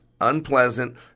unpleasant